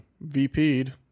VP'd